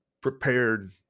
prepared